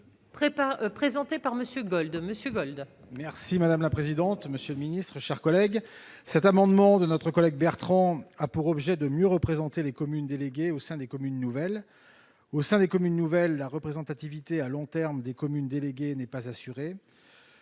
présenté par Monsieur Gold de monsieur Gold. Merci madame la présidente, monsieur le ministre, chers collègues, cet amendement de notre collègue Bertrand a pour objet de mieux représenter les communes déléguées au sein des communes nouvelles au sein des communes nouvelles la représentativité à long terme des communes déléguées n'est pas assurée